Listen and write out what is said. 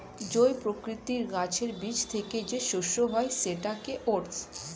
জই প্রকৃতির গাছের বীজ থেকে যে শস্য হয় সেটাকে ওটস